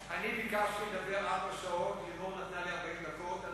ביקשתי לדבר ארבע שעות, לימור נתנה לי 40 דקות.